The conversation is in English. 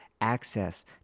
access